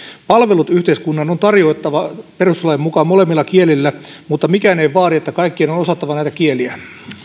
palvelut yhteiskunnan on tarjottava perustuslain mukaan molemmilla kielillä mutta mikään ei vaadi että kaikkien on osattava näitä kieliä